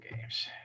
games